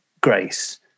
grace